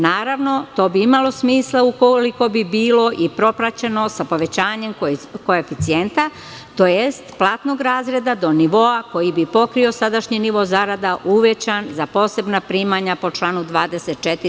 Naravno, to bi imalo smisla ukoliko bi bilo i propraćeno sa povećanjem koeficijenta, tj. platnog razreda, do nivoa koji bi pokrio sadašnji nivo zarada uvećan za posebna primanja po članu 24.